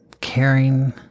caring